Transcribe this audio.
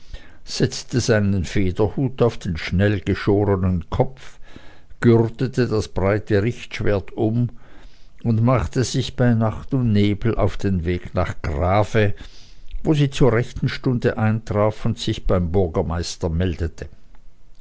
setzte seinen federhut auf den schnell geschorenen kopf gürtete das breite richtschwert um und machte sich bei nacht und nebel auf den weg nach grave wo sie zur rechten stunde eintraf und sich bei dem burgermeister meldete